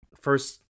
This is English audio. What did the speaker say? first